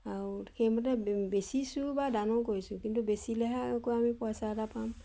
আৰু সেইমতে বেচিছোঁ বা দানো কৰিছোঁ কিন্তু বেচিলেহে আকৌ আমি পইচা এটা পাম